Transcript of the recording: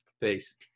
peace